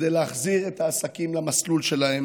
כדי להחזיר את העסקים למסלול שלהם,